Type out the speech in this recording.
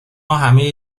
همه